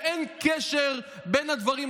ואין קשר בין הדברים,